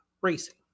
racing